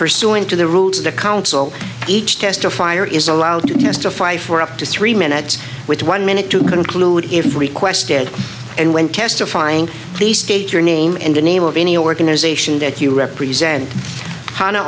pursuant to the rules of the counsel each testifier is allowed to testify for up to three minutes with one minute to conclude if requested and when testifying please state your name in the name of any organization that you represent on